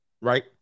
Right